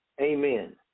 amen